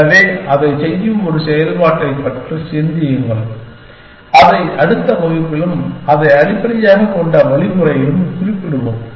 எனவே அதைச் செய்யும் ஒரு செயல்பாட்டைப் பற்றி சிந்தியுங்கள் அதை அடுத்த வகுப்பிலும் அதை அடிப்படையாகக் கொண்ட வழிமுறையிலும் குறிப்பிடுவோம்